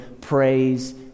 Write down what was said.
Praise